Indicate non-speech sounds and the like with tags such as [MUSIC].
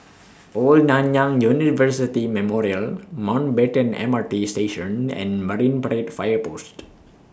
[NOISE] Old Nanyang University Memorial Mountbatten M R T Station and Marine Parade Fire Post